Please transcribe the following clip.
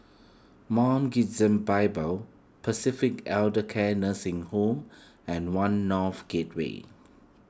Mount Gerizim Bible Pacific Elder Care Nursing Home and one North Gateway